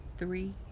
three